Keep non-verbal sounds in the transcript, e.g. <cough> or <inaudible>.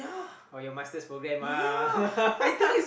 oh your Master's program ah <laughs>